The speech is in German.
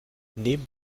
neben